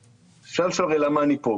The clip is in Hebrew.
אפשר לשאול: למה אני פה?